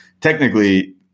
Technically